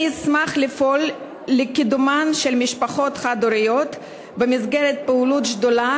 אני אשמח לפעול לקידומן של משפחות חד-הוריות במסגרת פעילות השדולה